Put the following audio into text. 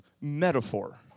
metaphor